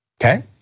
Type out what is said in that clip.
Okay